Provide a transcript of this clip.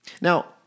Now